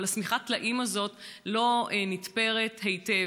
אבל שמיכת הטלאים הזאת לא נתפרת היטב.